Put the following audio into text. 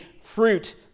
fruit